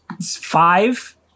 five